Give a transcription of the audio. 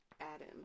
Adam